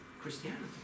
Christianity